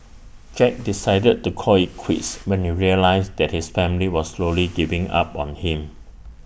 Jack decided to call IT quits when he realised that his family was slowly giving up on him